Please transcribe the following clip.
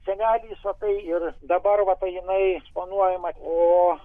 senelis va tai ir dabar va va jinai planuojama o